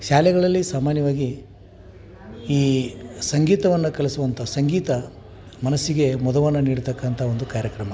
ಶಾಲೆಗಳಲ್ಲಿ ಸಾಮಾನ್ಯವಾಗಿ ಈ ಸಂಗೀತವನ್ನು ಕಲಿಸುವಂಥ ಸಂಗೀತ ಮನಸ್ಸಿಗೆ ಮುದವನ್ನ ನೀಡತಕ್ಕಂಥ ಒಂದು ಕಾರ್ಯಕ್ರಮ